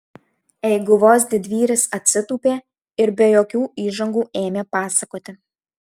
eiguvos didvyris atsitūpė ir be jokių įžangų ėmė pasakoti